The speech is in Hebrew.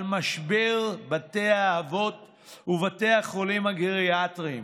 משבר בתי האבות ובתי החולים הגריאטריים,